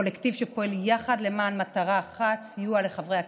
קולקטיב שפועל יחד למען מטרה אחת: סיוע לחברי הקהילה,